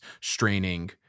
straining